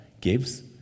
gives